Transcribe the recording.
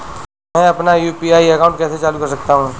मैं अपना UPI account कैसे चालू कर सकता हूँ?